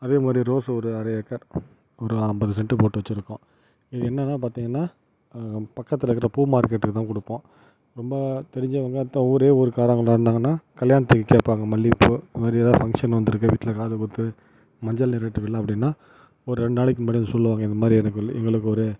அதே மாதிரி ரோஸ் ஒரு அரை ஏக்கர் ஒரு ஐம்பது செண்ட்டு போட்டு வச்சுருக்கோம் இது என்னென்னா பார்த்திங்கன்னா பக்கத்துதில் இருக்கிற பூ மார்க்கெட்டுக்கு தான் கொடுப்போம் ரொம்ப தெரிஞ்சவங்க இப்போ ஒரே ஊர் காரவங்களா இருந்தாங்கன்னா கல்யாணத்துக்கு கேட்பாங்க மல்லிகைப் பூ இந்த மாரி எதாவது ஃபங்ஷன் வந்துருக்கு வீட்டில் காது குத்து மஞ்சள் நீராட்டு விழா அப்படின்னா ஒரு ரெண்டு நாளைக்கு முன்னாடியே வந்து சொல்லுவாங்க இந்த மாதிரி எனக்கு எங்களுக்கு ஒரு